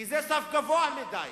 כי זה סף גבוה מדי.